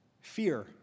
Fear